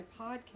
podcast